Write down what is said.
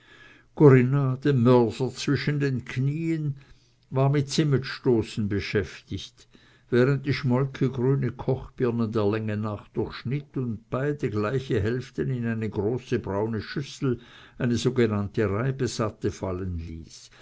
corinna den mörser zwischen den knien war mit zimmetstoßen beschäftigt während die schmolke grüne kochbirnen der länge nach durchschnitt und beide gleiche hälften in eine große braune schüssel eine sogenannte reibesatte fallen ließ